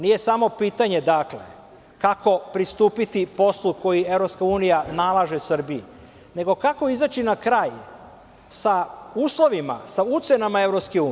Nije samo pitanje kako pristupiti poslu koji EU nalaže Srbiji, nego kako izaći na kraj sa uslovima, sa ucenama EU.